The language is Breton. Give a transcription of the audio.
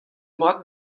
mat